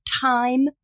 Time